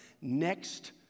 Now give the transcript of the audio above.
next